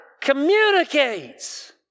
communicates